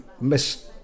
miss